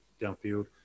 downfield